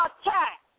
attack